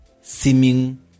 seeming